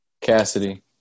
Cassidy